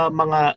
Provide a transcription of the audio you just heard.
mga